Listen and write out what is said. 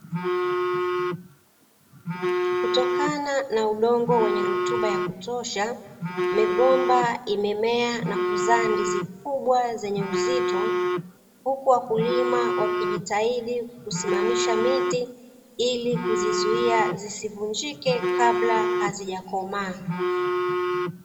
Kutokana na udongo wenye rutuba ya kutosha, migomba imemea na kuzaa ndizi kubwa zenye uzito. Huku wakulima wakijitahidi kusimamisha miti ili kuzizuia zisivunjike, kabla hazijakomaa.